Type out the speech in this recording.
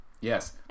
Yes